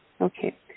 Okay